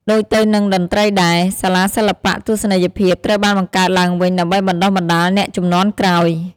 ដូចទៅនឹងតន្ត្រីដែរ សាលាសិល្បៈទស្សនីយភាពត្រូវបានបង្កើតឡើងវិញដើម្បីបណ្តុះបណ្តាលអ្នកជំនាន់ក្រោយ។